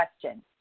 question